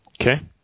Okay